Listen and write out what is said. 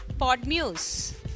PodMuse